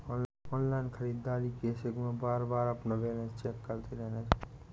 online खरीदारी के इस युग में बारबार अपना बैलेंस चेक करते रहना चाहिए